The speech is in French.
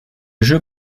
jeu